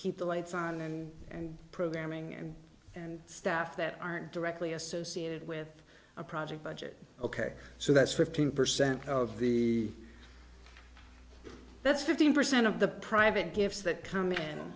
keep the lights on and and programming and and staff that aren't directly associated with a project budget ok so that's fifteen percent of the that's fifteen percent of the private gifts that come in